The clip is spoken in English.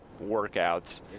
workouts